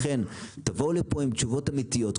לכן תבואו לפה עם תשובות אמיתיות,